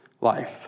life